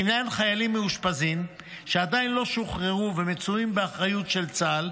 לעניין חיילים מאושפזים שעדיין לא שוחררו ומצויים באחריות של צה"ל,